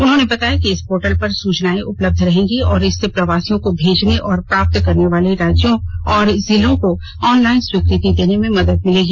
उन्होंने बताया कि इस पोर्टल पर सूचनाए उपलब्ध रहेंगी और इससे प्रवासियों को भेजने और प्राप्त करने वाले राज्यों और जिलों को ऑनलाइन स्वीकृति देने में मदद मिलेगी